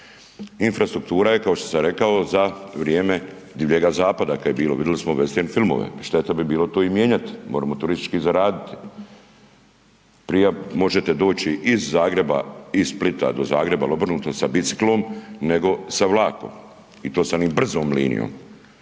infrastruktura je kao što sam rekao za vrijeme Divljega zapada kada je bilo, vidjeli smo ga u vestern filmovima, šteta bi bilo to i mijenjati, moremo turistički zaraditi. Prija možete doći iz Zagreba iz Splita do Zagreba ili obrnuto sa biciklom nego sa vlakom i to sa onom brzom linijom